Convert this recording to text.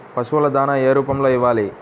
పశువుల దాణా ఏ రూపంలో ఇవ్వాలి?